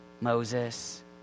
Moses